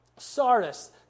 Sardis